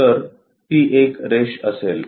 तर ती एक रेष असेल